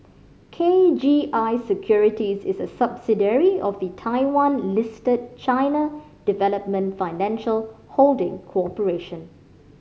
K G I Securities is a subsidiary of the Taiwan Listed China Development Financial Holding Corporation